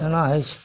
एना होइ छै